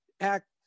act